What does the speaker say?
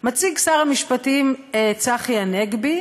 הציג שר המשפטים צחי הנגבי